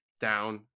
down